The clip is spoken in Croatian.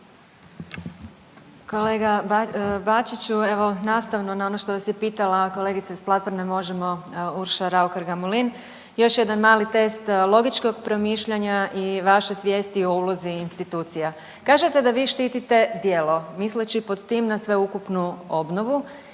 Kolega Bačiću evo nastavno na ono što vas je pitala kolegica iz platforme Možemo, Urša Raukar Gamulin još jedan mali test logičkog promišljanja i vaše svijesti o ulozi institucija. Kažete da vi štitite djelo misleći pod tim na sveukupnu obnovu,